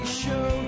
show